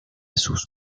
sus